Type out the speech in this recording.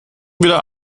wieder